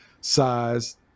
size